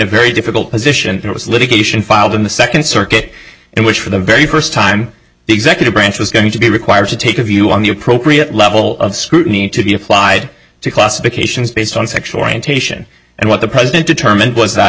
very difficult position it was litigation filed in the second circuit in which for the very first time the executive branch was going to be required to take a view on the appropriate level of scrutiny to be applied to classifications based on sexual orientation and what the president determined was that